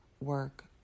work